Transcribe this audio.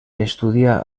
estudià